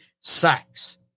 Sex